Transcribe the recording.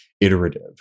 iterative